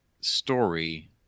story